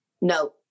No